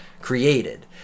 created